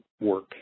work